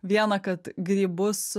viena kad grybus